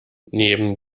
neben